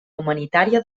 humanitària